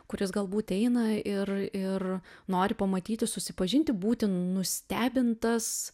kuris galbūt eina ir ir nori pamatyti susipažinti būti nustebintas